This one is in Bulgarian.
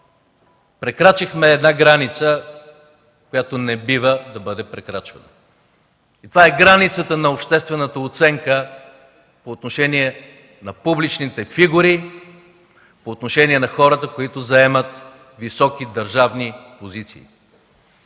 прекрачихме една граница, която не бива да бъде прекрачвана. И това е границата на обществената оценка по отношение на публичните фигури, по отношение на хората, които заемат високи държавни позиции.